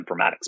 informatics